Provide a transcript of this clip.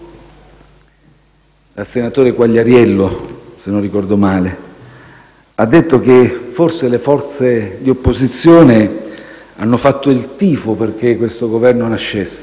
dal senatore Quagliariello se non ricordo male, quando ha detto che forse le forze di opposizione hanno fatto il tifo perché questo Governo nascesse.